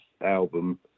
album